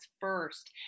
first